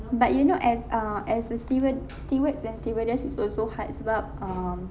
but you know as err as a steward steward and stewardess it's also hard sebab um